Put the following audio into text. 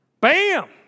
bam